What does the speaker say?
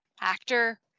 Actor